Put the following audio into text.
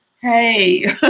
Hey